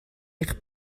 eich